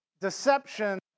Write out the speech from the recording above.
Deception